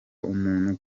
umuntu